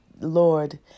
Lord